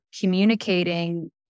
communicating